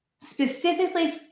Specifically